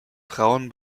frauen